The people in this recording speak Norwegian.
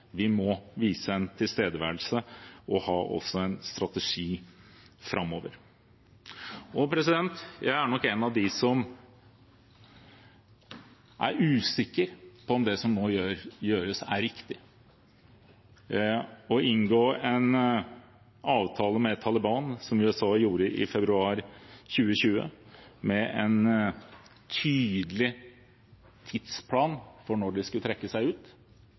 vi må vise tilstedeværelse og ha en strategi framover. Jeg er nok en av dem som er usikker på om det som nå gjøres, er riktig. Å inngå en avtale med Taliban, som vi gjorde i februar 2020, med en tydelig tidsplan for når de skulle trekke seg ut,